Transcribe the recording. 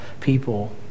people